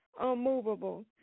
unmovable